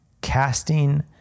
casting